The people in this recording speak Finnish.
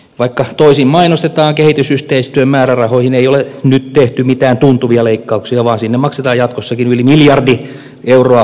vaikka toisin mainostetaan kehitysyhteistyön määrärahoihin ei ole nyt tehty mitään tuntuvia leikkauksia vaan sinne maksetaan jatkossakin yli miljardi euroa kankkulan kaivoon